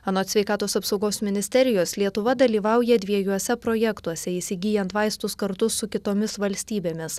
anot sveikatos apsaugos ministerijos lietuva dalyvauja dviejuose projektuose įsigyjant vaistus kartu su kitomis valstybėmis